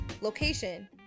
location